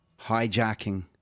hijacking